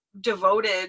devoted